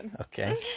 Okay